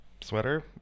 sweater